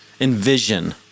envision